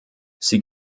sie